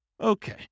Okay